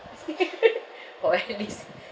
for at least